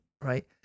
Right